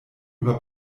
über